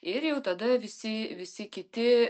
ir jau tada visi visi kiti